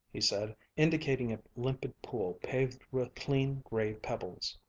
he said, indicating a limpid pool paved with clean gray pebbles.